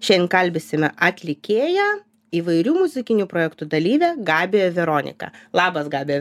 šiandien kalbisime atlikėją įvairių muzikinių projektų dalyvę gabiją veroniką labas gabija